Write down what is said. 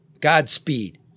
Godspeed